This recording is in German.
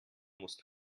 musst